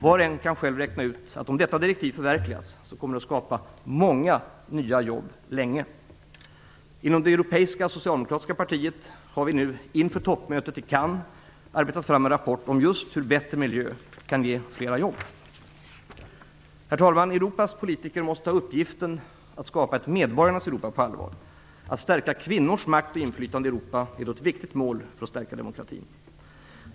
Var och en kan själv räkna ut att om detta direktiv förverkligas kommer det att skapa många nya jobb länge. Inom det europeiska socialdemokratiska partiet har vi nu inför toppmötet i Cannes arbetat fram en rapport om hur bättre miljö kan ge flera jobb. Herr talman! Europas politiker måste ta uppgiften att skapa ett medborgarnas Europa på allvar. Att stärka kvinnors makt och inflytande i Europa är då ett viktigt mål för att stärka demokratin.